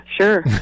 sure